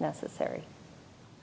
necessary